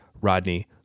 Rodney